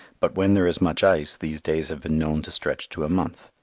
but when there is much ice these days have been known to stretch to a month.